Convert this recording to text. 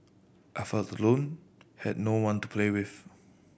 I felt alone had no one to play with